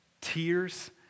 tears